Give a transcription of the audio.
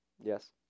Yes